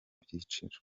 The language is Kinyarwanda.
byiciro